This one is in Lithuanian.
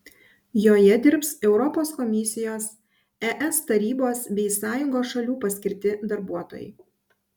joje dirbs europos komisijos es tarybos bei sąjungos šalių paskirti darbuotojai